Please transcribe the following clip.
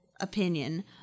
opinion